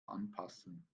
anpassen